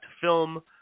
film